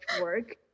work